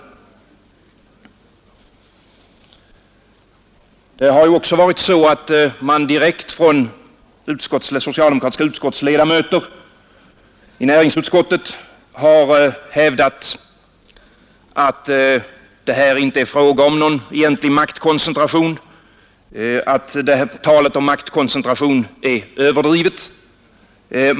Socialdemokratiska ledamöter av näringsutskottet har också hävdat att det här inte är fråga om någon egentlig maktkoncentration, att talet om maktkoncentration är överdrivet.